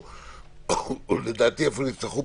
אנחנו רואים את המצב בשטח.